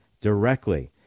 directly